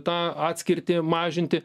tą atskirtį mažinti